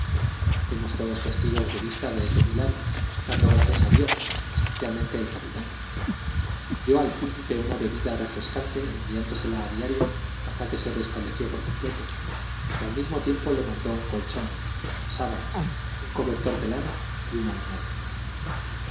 fuimos todos testigos de vista de este milagro dando gracias a dios especialmente el capitán dio al príncipe una bebida refrescante enviándosela a diario hasta que se restableció por completo y al mismo tiempo le mandó un colchón sábanas un cobertor de lana y una almohada destrucción de